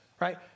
right